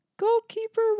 Goalkeeper